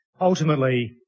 Ultimately